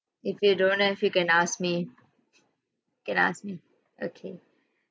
if you don't then you can ask me can ask me okay